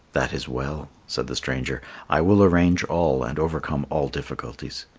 that is well, said the stranger i will arrange all, and overcome all difficulties.